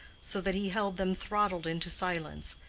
so that he held them throttled into silence,